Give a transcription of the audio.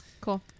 Cool